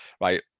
Right